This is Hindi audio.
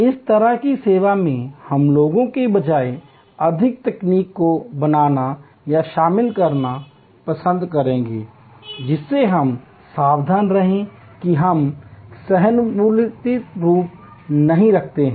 इस तरह की सेवा में हम लोगों के बजाय अधिक तकनीक को बनाना या शामिल करना पसंद करेंगे जिससे हम सावधान रहें कि हम सहानुभूति नहीं रखते हैं